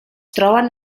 troben